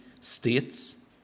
states